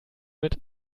mit